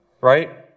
right